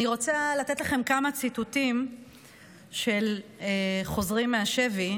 אני רוצה לתת לכם כמה ציטוטים של חוזרים מהשבי,